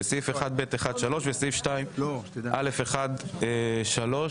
1(ב1)(3) וסעיף 2(א1)(3).